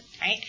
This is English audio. right